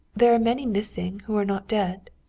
there are many missing who are not dead.